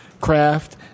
craft